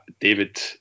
David